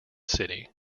city